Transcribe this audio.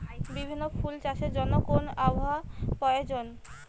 বিভিন্ন ফুল চাষের জন্য কোন আবহাওয়ার প্রয়োজন?